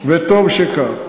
וטוב שכך.